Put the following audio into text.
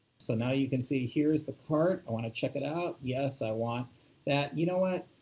so now you can see, here's the cart, i want to check it out. yes, i want that. you know what,